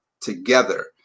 together